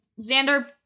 Xander